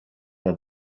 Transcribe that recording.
der